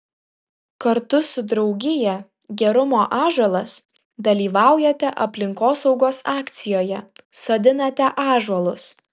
kartu su draugija gerumo ąžuolas dalyvaujate aplinkosaugos akcijoje sodinate ąžuolus